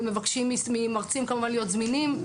מבקשים ממרצים להיות זמינים.